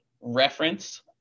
reference